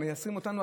אז מייסרים אותנו?